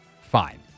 fine